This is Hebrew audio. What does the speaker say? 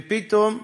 ופתאום,